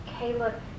Kayla